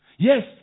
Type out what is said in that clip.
Yes